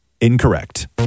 Incorrect